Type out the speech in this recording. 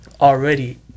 already